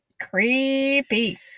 creepy